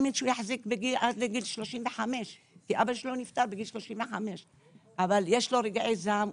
כי אבא שלו נפטר בגיל 35. יש לו רגעי זעם,